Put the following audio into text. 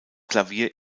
klavier